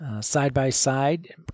side-by-side